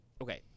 okay